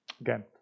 Again